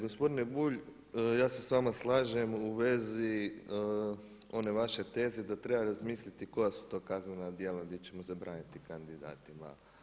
Gospodine Bulj ja se s vama slažem u vezi one vaše teze da treba razmisliti koja su to kaznena djela gdje ćemo zabraniti kandidatima.